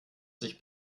sich